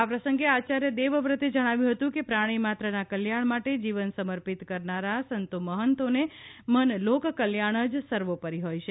આ પ્રસંગે આચાર્ય દેવવ્રતે જણાવ્યું હતું કે પ્રાણીમાત્રના કલ્યાણ માટે જીવન સમર્પિત કરનારા સંતો મહંતોને મન લોક કલ્યાણ જ સર્વોપરી હોય છે